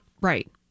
Right